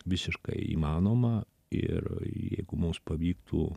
visiškai įmanoma ir jeigu mums pavyktų